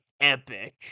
epic